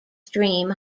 stream